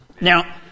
Now